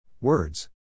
Words